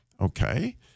Okay